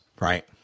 right